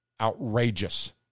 outrageous